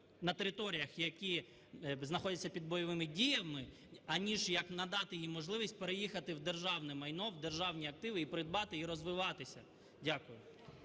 на територіях, які знаходяться під бойовими діями, аніж як надати їм можливість переїхати в державне майно, в державні активи і придбати, і розвиватися. Дякую.